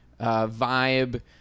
vibe